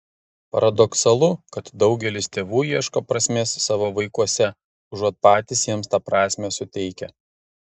paradoksalu kad daugelis tėvų ieško prasmės savo vaikuose užuot patys jiems tą prasmę suteikę